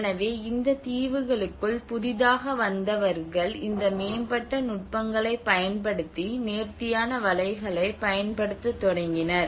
எனவே இந்த தீவுகளுக்குள் புதிதாக வந்தவர்கள் இந்த மேம்பட்ட நுட்பங்களைப் பயன்படுத்தி நேர்த்தியான வலைகளைப் பயன்படுத்தத் தொடங்கினர்